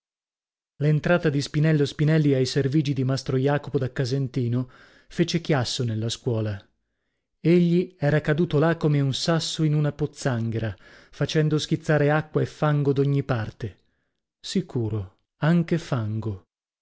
l'entrata di spinello spinelli ai servigi di mastro jacopo da casentino fece chiasso nella scuola egli era caduto là come un sasso in una pozzanghera facendo schizzare acqua e fango d'ogni parte sicuro anche fango